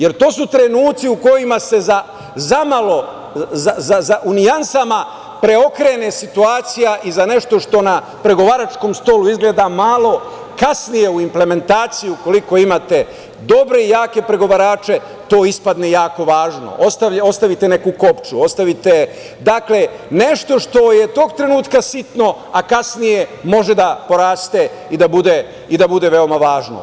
Jer, to su trenuci u kojima se zamalo, u nijansama, preokrene situacija i za nešto što na pregovaračkom stolu izgleda malo, kasnije u implementaciji, ukoliko imate dobre i jake pregovarače, to ispadne jako važno, ostavite neku kopču, ostavite nešto što je tog trenutka sitno, a kasnije može da poraste i da bude veoma važno.